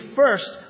first